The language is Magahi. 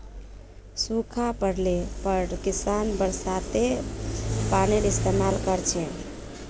सूखा पोड़ले पर किसान बरसातेर पानीर इस्तेमाल कर छेक